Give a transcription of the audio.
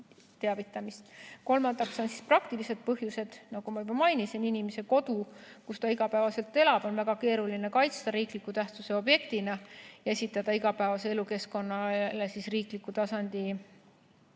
Kolmandaks on praktilised põhjused. Nagu ma juba mainisin, inimese kodu, kus ta igapäevaselt elab, on väga keeruline kaitsta riikliku tähtsusega objektina ja esitada igapäevasele elukeskkonnale riikliku tasandi